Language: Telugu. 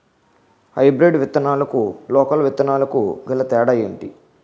హైబ్రిడ్ విత్తనాలకు లోకల్ విత్తనాలకు గల తేడాలు ఏంటి?